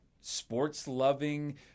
sports-loving